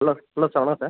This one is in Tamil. ஹலோ ஹலோ சார் வணக்கம் சார்